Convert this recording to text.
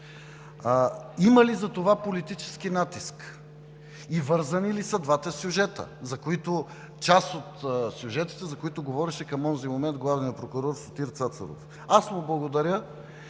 Има ли за това политически натиск? Вързани ли са двата сюжета, част от сюжетите, за които говореше към онзи момент главният прокурор Сотир Цацаров? Аз му благодаря,